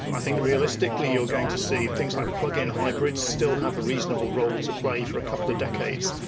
i think realistically you're going to see things like plug-in hybrids still have a reasonable role to play for a couple of decades,